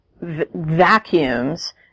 Vacuums